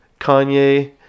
Kanye